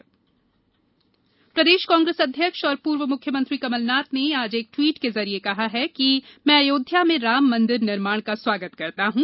कमल नाथ बयान प्रदेश कांग्रेस अध्यक्ष और पूर्व मुख्यमंत्री कमल नाथ ने आज एक ट्वीट के जरिए कहा है मैं अयोध्या में राम मंदिर निर्माण का स्वागत करता हूँ